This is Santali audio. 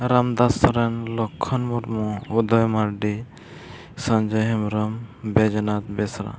ᱨᱟᱢᱫᱟᱥ ᱥᱚᱨᱮᱱ ᱞᱚᱠᱠᱷᱚᱱ ᱢᱩᱨᱢᱩ ᱩᱫᱚᱭ ᱢᱟᱨᱰᱤ ᱥᱚᱧᱡᱚᱭ ᱦᱮᱢᱵᱨᱚᱢ ᱵᱮᱡᱚᱱᱟᱛᱷ ᱵᱮᱥᱨᱟ